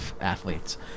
athletes